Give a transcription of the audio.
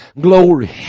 Glory